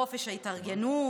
חופש ההתארגנות,